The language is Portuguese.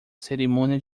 cerimônia